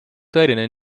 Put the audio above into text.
tõeline